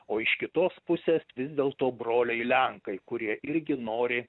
o iš kitos pusės vis dėlto broliai lenkai kurie irgi nori